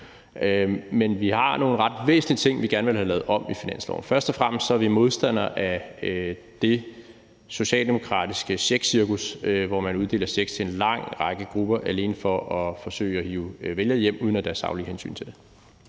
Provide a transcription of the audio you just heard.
Men vi har nogle ret væsentlige ting, vi gerne vil have lavet om ved finansloven. Først og fremmest er vi modstandere af det socialdemokratiske checkcircus, hvor man uddeler checks til en lang række grupper alene for at forsøge at hive vælgere hjem, uden at der er saglige grunde til det.